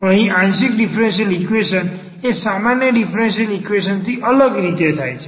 અહીં આંશિક differential equation એ સામાન્ય ડીફરન્સીયલ ઈક્વેશન થી અલગ રીતે થાય છે